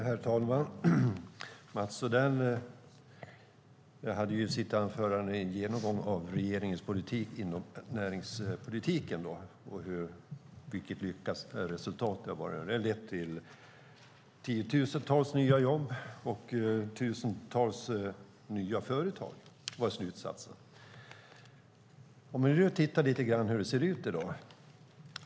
Herr talman! Mats Odell hade i sitt anförande en genomgång av regeringens politik inom näringspolitiken och det lyckade resultatet, att den har lett till tiotusentals nya jobb och tusentals nya företag. Låt oss titta lite grann på hur det ser ut i dag.